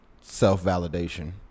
self-validation